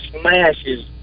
smashes